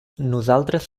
nosaltres